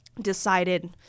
decided